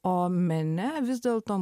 o mene vis dėl to